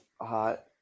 hot